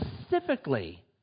specifically